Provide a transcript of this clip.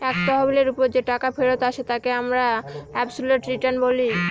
এক তহবিলের ওপর যে টাকা ফেরত আসে তাকে আমরা অবসোলুট রিটার্ন বলি